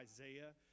isaiah